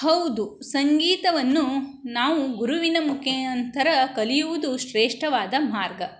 ಹೌದು ಸಂಗೀತವನ್ನು ನಾವು ಗುರುವಿನ ಮುಖೇಯಂಥರ ಕಲಿಯುವುದು ಶ್ರೇಷ್ಠವಾದ ಮಾರ್ಗ